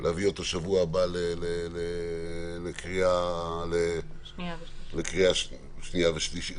להביא אותו בשבוע הבא לקריאה שנייה ושלישית.